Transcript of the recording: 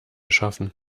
schaffen